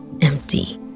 empty